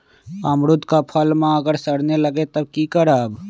अमरुद क फल म अगर सरने लगे तब की करब?